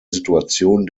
situation